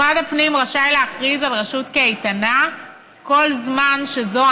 משרד הפנים רשאי להכריז על רשות כאיתנה כל זמן שזו